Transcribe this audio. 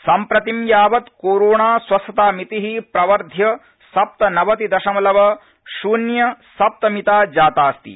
सम्प्रतिं यावत् कोरोणास्वस्थतामिति प्रवर्ध्य सप्तनवतिदशमलव शून्य सप्त मिता जातास्ति